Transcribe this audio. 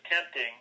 tempting